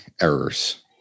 errors